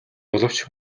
боловч